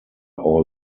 all